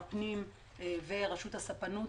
הפנים ורשות הספנות,